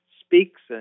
speaks